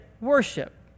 worship